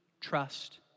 Trust